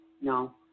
No